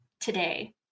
today